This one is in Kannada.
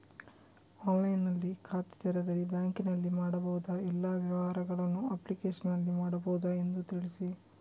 ಆನ್ಲೈನ್ನಲ್ಲಿ ಖಾತೆ ತೆರೆದರೆ ಬ್ಯಾಂಕಿನಲ್ಲಿ ಮಾಡಬಹುದಾ ಎಲ್ಲ ವ್ಯವಹಾರಗಳನ್ನು ಅಪ್ಲಿಕೇಶನ್ನಲ್ಲಿ ಮಾಡಬಹುದಾ ಎಂದು ತಿಳಿಸಿ?